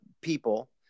people